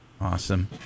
Awesome